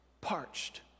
Parched